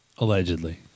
Allegedly